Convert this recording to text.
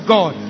God